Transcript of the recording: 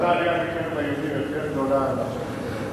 השנה העלייה בקרב היהודים יותר גדולה מאשר בקרב הערבים.